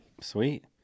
Sweet